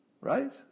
right